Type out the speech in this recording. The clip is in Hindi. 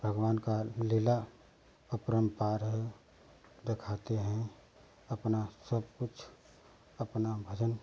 भगवान का लीला अपरंपार हैं दिखाते हैं अपना सब कुछ अपना भजन